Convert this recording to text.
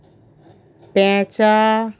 পেঁচা